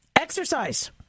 Exercise